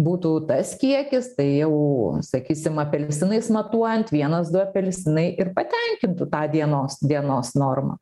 būtų tas kiekis tai jau sakysim apelsinais matuojant vienas du apelsinai ir patenkintų tą dienos dienos normą